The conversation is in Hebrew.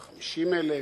50,000?